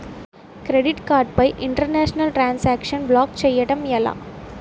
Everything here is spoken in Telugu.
క్రెడిట్ కార్డ్ పై ఇంటర్నేషనల్ ట్రాన్ సాంక్షన్ బ్లాక్ చేయటం ఎలా?